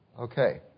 Okay